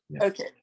okay